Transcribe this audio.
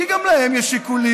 כי גם להן יש שיקולים,